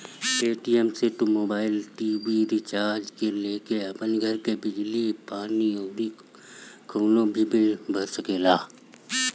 Paytm से तू mobile, TV recharge से लेके अपनी घर के बिजली पानी अउरी कवनो भी बिल भर सकेला